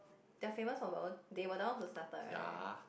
their famous for bubble they were the ones who started right